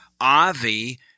Avi